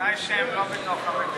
בתנאי שהם לא בתוך המליאה.